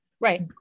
right